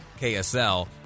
KSL